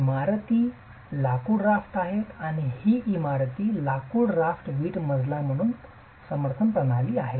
इमारती लाकूड राफ्टर आहेत आणि ही इमारती लाकूड राफ्टर वीट मजला मुख्य समर्थन प्रणाली आहे